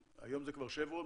היום זה כבר 'שברון',